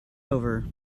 over